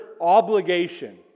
obligation